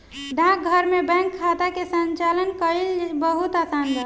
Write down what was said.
डाकघर में बैंक खाता के संचालन कईल बहुत आसान बा